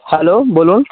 hello বলুন